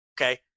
Okay